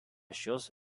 šios